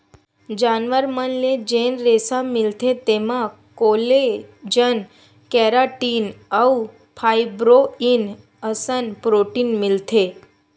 जानवर मन ले जेन रेसा मिलथे तेमा कोलेजन, केराटिन अउ फाइब्रोइन असन प्रोटीन मिलथे